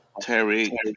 Terry